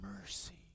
mercy